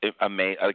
amazing